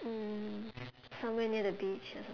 mm somewhere near the beach or something